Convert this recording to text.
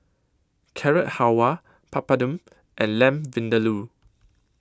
Carrot Halwa Papadum and Lamb Vindaloo